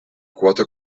quota